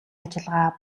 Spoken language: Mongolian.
ажиллагаа